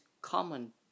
common